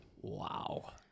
wow